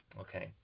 Okay